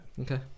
Okay